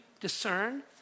discern